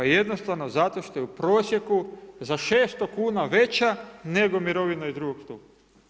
Jednostavno zato što je u prosjeku za 600 kn veća nego mirovina iz drugog stupa.